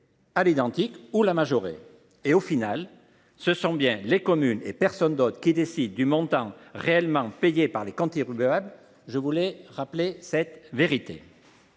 à l’identique ou la majorer. Au final, ce sont bien les communes – et personne d’autre – qui décident du montant réellement payé par les contribuables. Je voulais rétablir cette vérité…